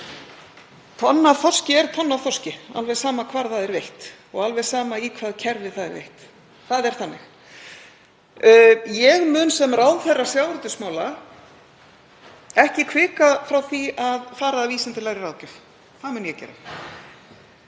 Tonn af þorski er tonn af þorski, alveg sama hvar það er veitt og alveg sama í hvaða kerfi það er veitt. Það er þannig. Ég mun sem ráðherra sjávarútvegsmála ekki hvika frá því að fara að vísindalegri ráðgjöf um nýtingu